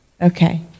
Okay